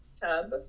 tub